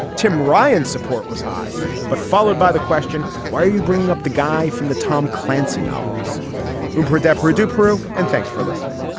tim ryan's support was high but followed by the question why are you bringing up the guy from the tom clancy novels were desperate to peru. and thanks for listening